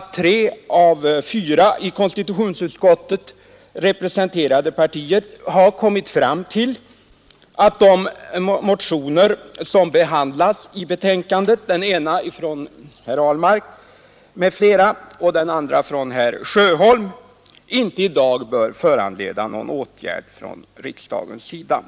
Tre av fyra i konstitutionsutskottet representerade partier har kommit fram till att de motioner som behandlas i betänkandet, den ena av herr Ahlmark m.fl. och den andra av herr Sjöholm, inte i dag bör föranleda någon åtgärd från riksdagens sida.